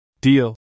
Deal